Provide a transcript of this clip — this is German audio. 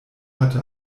hatte